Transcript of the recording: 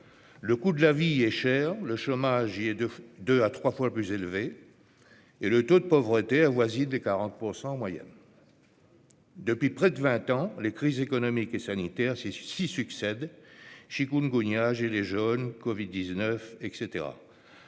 métropole. La vie y est chère, le chômage y est deux à trois fois plus élevé et le taux de pauvreté avoisine les 40 % en moyenne. Depuis près de vingt ans, les crises économiques et sanitaires s'y succèdent- chikungunya, « gilets jaunes », covid-19, etc.